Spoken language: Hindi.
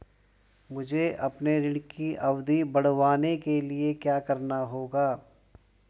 मुझे अपने ऋण की अवधि बढ़वाने के लिए क्या करना होगा?